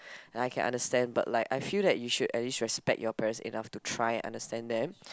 and I can understand but like I feel that you should at least respect your parents enough to try and understand them